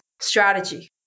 strategy